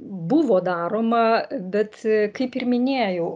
buvo daroma bet kaip ir minėjau